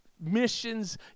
missions